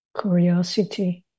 Curiosity